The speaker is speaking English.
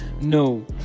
no